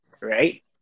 right